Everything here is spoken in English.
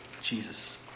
Jesus